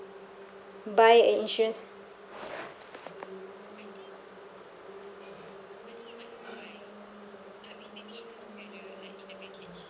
buy an insurance